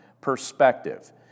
perspective